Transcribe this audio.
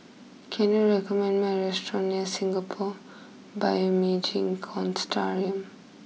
can you recommend me a restaurant near Singapore Bioimaging